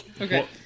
Okay